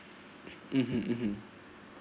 (uh huh) (uh huh)